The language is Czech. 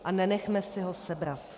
A nenechme si ho sebrat.